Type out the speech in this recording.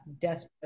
desperate